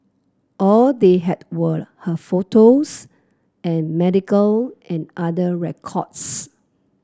all they had were her photos and medical and other records